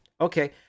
Okay